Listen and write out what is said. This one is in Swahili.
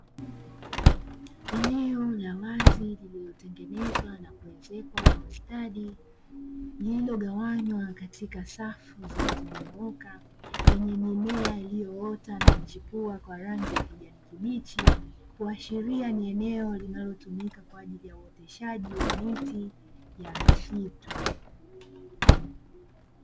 Eneo la wazi lililotengenezwa na kuezekwa kwa ustadi; lililogawanywa katika safu zilizonyooka; zenye mimea iliyoota na kuchipua kwa rangi ya kijani kibichi, kuashiria ni eneo linalotumika kwa ajili ya uoteshaji wa miti ya misitu.